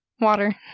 water